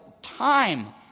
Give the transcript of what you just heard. Time